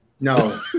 No